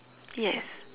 yes